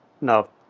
no